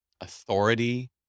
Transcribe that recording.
authority